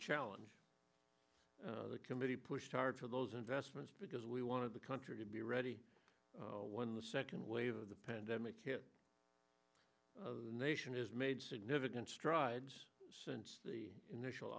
challenge the committee pushed hard for those investments because we wanted the country to be ready when the second wave of the pandemic nation is made significant strides since the initial